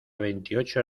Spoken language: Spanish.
veintiocho